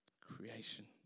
Creation